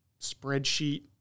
spreadsheet